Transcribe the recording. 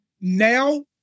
now